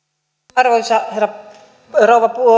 arvoisa rouva